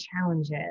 challenges